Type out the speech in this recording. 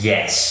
Yes